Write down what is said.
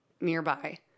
nearby